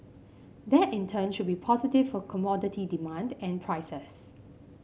that in turn should be positive for commodity demand and prices